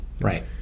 Right